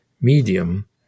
medium